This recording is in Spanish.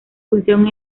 función